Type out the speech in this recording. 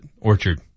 Orchard